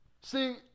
See